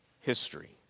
history